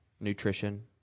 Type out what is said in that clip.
nutrition